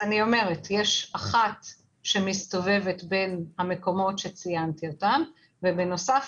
יש אחת שמסתובבת בין המקומות שציינתי ובנוסף